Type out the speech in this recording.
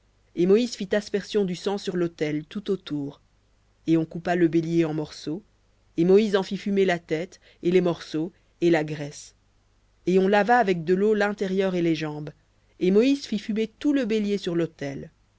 et moïse fit aspersion du sang sur l'autel tout autour et on coupa le bélier en morceaux et moïse en fit fumer la tête et les morceaux et la graisse et on lava avec de l'eau l'intérieur et les jambes et moïse fit fumer tout le bélier sur l'autel